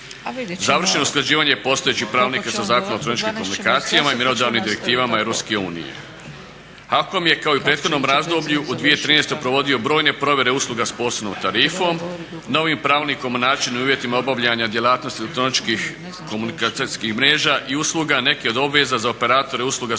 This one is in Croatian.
Završeno je usklađivanje postojećih pravilnika sa Zakonom o elektroničkim komunikacijama i mjerodavnim direktivama EU. HAKOM je kao i u prethodnom razdoblju u 2013. provodio brojne provjere usluga s posebnom tarifom, novim pravilnikom o načinu i uvjetima obavljanja djelatnosti elektroničkih komunikacijskih mreža i usluga neke od obveza za operatore usluga s posebnom tarifom